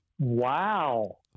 Wow